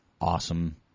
awesome